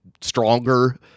stronger